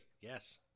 Yes